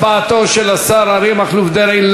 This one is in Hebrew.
הצבעתו של השר אריה מכלוף דרעי.